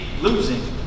losing